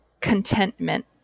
contentment